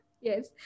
Yes